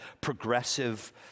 progressive